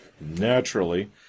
naturally